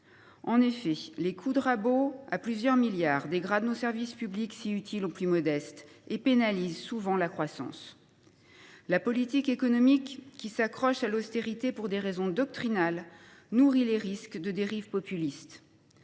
En effet, les coups de rabot de plusieurs milliards dégradent nos services publics, si utiles aux plus modestes, et pénalisent souvent la croissance. Une telle politique économique, qui s’accroche à l’austérité pour des raisons doctrinales, nourrit le risque de dérives populistes.